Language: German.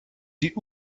die